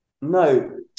No